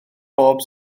bob